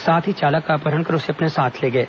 साथ ही चालक का अपहरण कर उसे अपने साथ ले गए